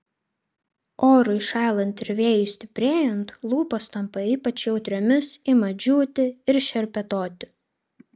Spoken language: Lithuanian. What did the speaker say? orui šąlant ir vėjui stiprėjant lūpos tampa ypač jautriomis ima džiūti ir šerpetoti